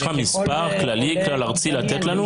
יש לך מספר לתת לנו,